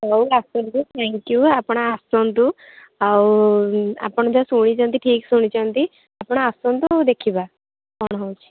ହଉ ଆସନ୍ତୁ thank you ଆପଣ ଆସନ୍ତୁ ଆଉ ଆପଣ ଯାହା ଶୁଣିଛନ୍ତି ଠିକ୍ ଶୁଣିଛନ୍ତି ଆପଣ ଆସନ୍ତୁ ଦେଖିବା କ'ଣ ହେଉଛି